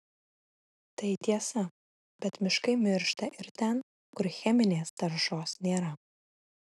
tai tiesa bet miškai miršta ir ten kur cheminės taršos nėra